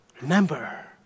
Remember